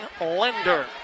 lender